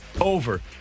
over